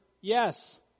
yes